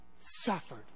suffered